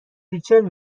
ریچل